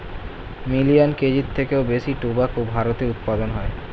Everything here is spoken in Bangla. মিলিয়ান কেজির থেকেও বেশি টোবাকো ভারতে উৎপাদন হয়